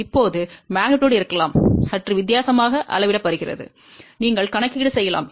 இப்போது அளவும் இருக்கலாம் சற்று வித்தியாசமாக அளவிடப்படுகிறது நீங்கள் கணக்கீடு செய்யலாம்